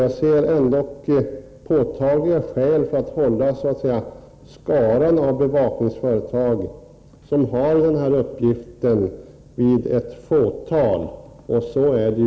Jag ser ändock påtagliga skäl för att hålla skaran av bevakningsföretag liten, så som det är nu.